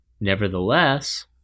Nevertheless